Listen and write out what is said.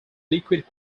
liquid